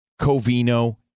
Covino